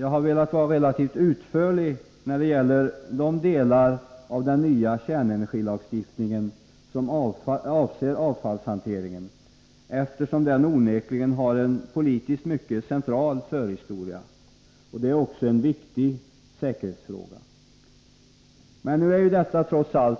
Jag har velat vara relativt utförlig när det gäller de delar av den nya kärnenergilagstiftningen som avser avfallshanteringen, eftersom den onekligen har en politiskt mycket central förhistoria. Avfallshanteringen är också en viktig säkerhetsfråga. Men nu är ju detta trots allt